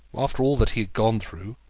after all that he had gone through,